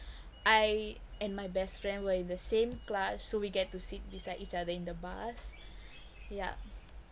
I and my best friend were in the same class so we get to sit beside each other in the bus ya